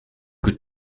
que